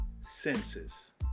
senses